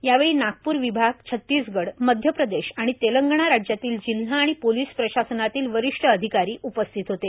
यावेळी नागपूर विभाग छतीसगड मध्य प्रदेश आणि तेलंगाणा राज्यातील जिल्हा आणि पोलीस प्रशासनातील वरिष्ठ अधिकारी उपस्थित होते